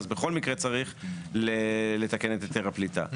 אז בכל מקרה צריך לתקן את היתר הפליטה.